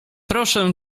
proszę